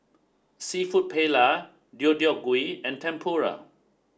Seafood Paella Deodeok Gui and Tempura